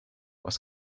was